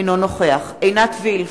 אינו נוכח עינת וילף,